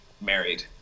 married